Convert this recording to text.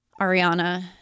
Ariana